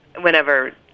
whenever